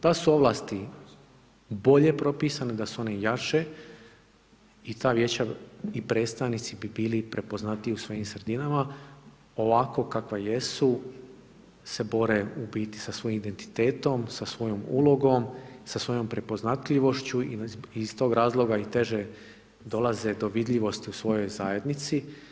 Da su ovlasti bolje propisane, da su one jače i ta vijeća i predstavnici bi bili prepoznatljivi u svojim sredinama, ovako kakva jesu se bore u biti sa svojim identitetom, sa svojom ulogom, sa svojom prepoznatljivošću i iz toga razloga i teže dolaze do vidljivosti u svojoj zajednici.